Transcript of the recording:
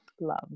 love